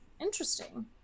Interesting